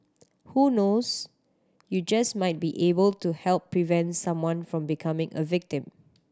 who knows you just might be able to help prevent someone from becoming a victim